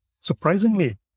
surprisingly